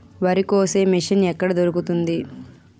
వరి కోసే మిషన్ ఎక్కడ దొరుకుతుంది?